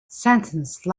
sentence